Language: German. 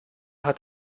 hat